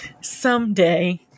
Someday